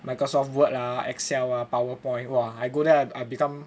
Microsoft word lah Excel ah Power Point !wah! I go there I've become